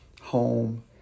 home